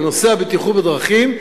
בנושא הבטיחות בדרכים,